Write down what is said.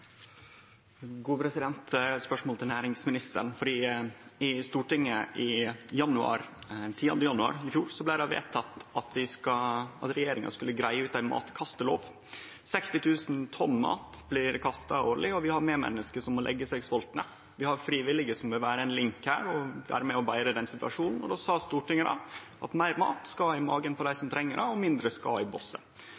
spørsmål til næringsministeren, for i Stortinget den 10. januar 2017 blei det vedteke at regjeringa skulle greie ut ei matkastelov. 60 000 tonn mat blir kasta årleg frå matvarebutikkane, og vi har medmenneske som må leggje seg svoltne. Vi har friviljuge som vil vere ein link her, og som vil vere med og betre den situasjonen. Difor sa Stortinget at meir mat skal i magen på dei